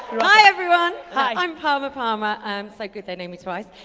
hi everyone. hi. i'm parma parma, i'm so good they named me twice.